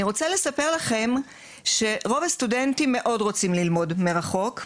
אני רוצה לספר לכם שרוב הסטודנטים מאוד רוצים ללמוד מרחוק,